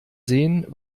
sehen